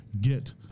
get